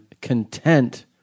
content